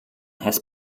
has